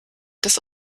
des